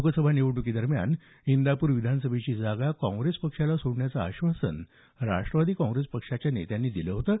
लोकसभा निवडणुकीदरम्यान इंदापूर विधानसभेची जागा काँप्रेस पक्षाला सोडण्याचं आश्वासन राष्ट्रवादी काँग्रेस पक्षाच्या नेत्यांनी दिलं होतं